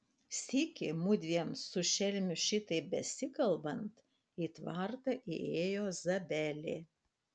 sykį mudviem su šelmiu šitaip besikalbant į tvartą įėjo zabelė